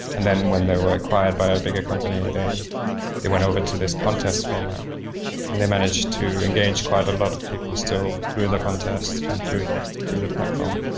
and then when they were acquired by a bigger company, they they went over to this contest format and they managed to engage quite a lot of people still through the contests and through the through the platform.